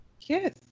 Yes